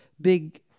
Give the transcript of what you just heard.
big